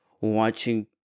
Watching